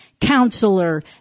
Counselor